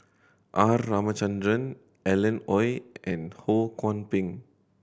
R Ramachandran Alan Oei and Ho Kwon Ping